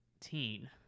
teen